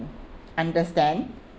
understand